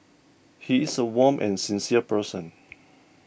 he is a warm and sincere person